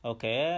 Okay